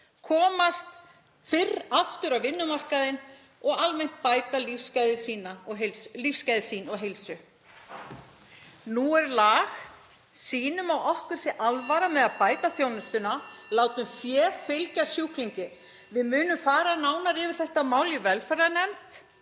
komast fyrr aftur á vinnumarkaðinn og almennt bæta lífsgæði sín og heilsu. Nú er lag. Sýnum að okkur sé alvara með að (Forseti hringir.) bæta þjónustuna. Látum fé fylgja sjúklingi. Við munum fara nánar yfir þetta mál í velferðarnefnd